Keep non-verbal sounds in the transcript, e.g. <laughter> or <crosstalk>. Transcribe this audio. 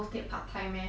mm <noise>